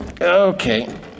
okay